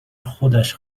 خودش